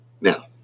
Now